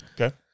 Okay